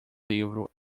livro